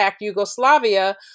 Yugoslavia